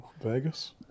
Vegas